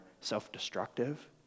self-destructive